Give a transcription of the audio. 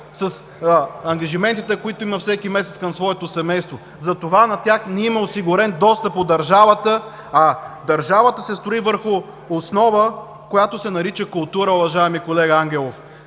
с ангажиментите, които има всеки месец към своето семейство. Затова на тях не им е осигурен достъп от държавата, а държавата се строи върху основа, която се нарича култура, уважаеми колега Ангелов.